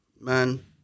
man